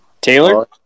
Taylor